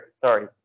sorry